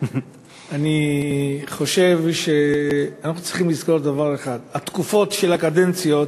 אני חושב שאנחנו צריכים לזכור דבר אחד: התקופות של הקדנציות,